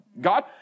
God